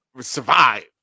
survive